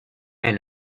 est